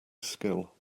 skill